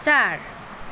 चार